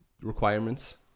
requirements